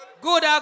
good